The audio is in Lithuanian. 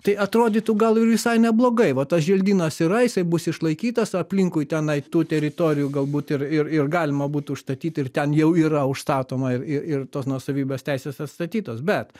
tai atrodytų gal ir visai neblogai va tas želdynas yra jisai bus išlaikytas aplinkui tenai tų teritorijų galbūt ir ir ir galima būtų užstatyti ir ten jau yra užstatoma ir ir tos nuosavybės teisės atstatytos bet